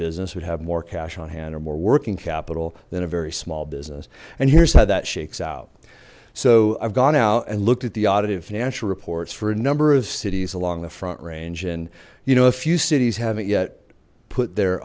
business would have more cash on hand or more working capital than a very small business and here's how that shakes out so i've gone out and looked at the audited financial reports for a number of cities along the front range and you know a few cities haven't yet put their